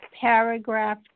paragraph